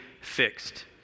fixed